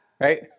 right